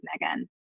Megan